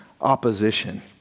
opposition